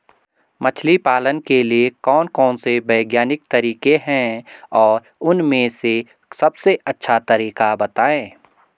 मछली पालन के लिए कौन कौन से वैज्ञानिक तरीके हैं और उन में से सबसे अच्छा तरीका बतायें?